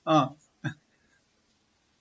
ah